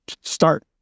start